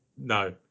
no